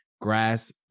grass